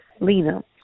Lena